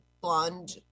blonde